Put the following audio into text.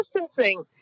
distancing